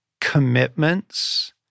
commitments